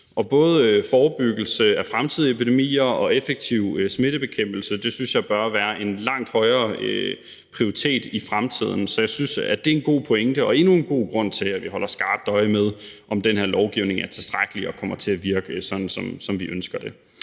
Og både forebyggelse af fremtidige epidemier og effektiv smittebekæmpelse synes jeg bør være en langt højere prioritet i fremtiden. Så jeg synes, at det er en god pointe og endnu en god grund til, at vi holder skarpt øje med, om den her lovgivning er tilstrækkelig og kommer til at virke, sådan som vi ønsker det.